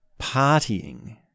partying